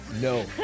no